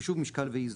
חישוב משקל ואיזון,